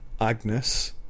Agnes